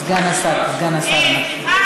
סגן השר, סגן השר משיב.